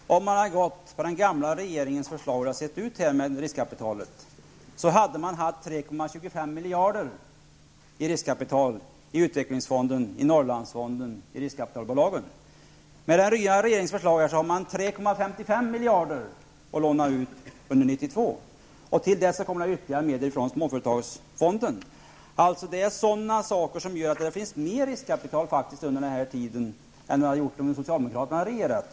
Herr talman! Om man hade följt den gamla regeringens förslag om riskkapital, hade det funnits 3,25 miljarder att användas till riskkapital i utvecklingsfonderna, i Norrlandsfonden och i riskkapitalbolagen. Med den nya regeringens förslag kommer det att finnas 3,55 miljarder att låna ut under 1992. Till detta kommer ytterligare medel från småföretagsfonden. Det är detta som gör att det faktiskt kommer att finnas mer riskkapital tillgängligt än vad det hade gjort om socialdemokraterna hade regerat.